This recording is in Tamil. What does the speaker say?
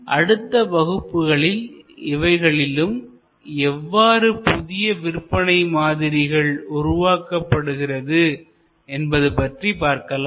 அடுத்த வகுப்புகளில்இவைகளிலும் எவ்வாறு புதிய விற்பனை மாதிரிகள் உருவாக்கப்படுகிறது என்பது பற்றி பார்க்கலாம்